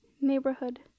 neighborhood